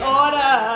order